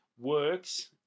works